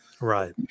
Right